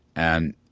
and